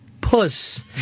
puss